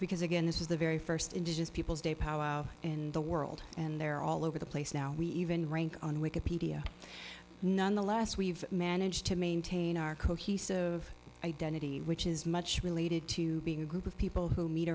because again this is the very first indigenous people in the world and they're all over the place now we even rank on wikipedia nonetheless we've managed to maintain our cohesive identity which is much related to being a group of people who meet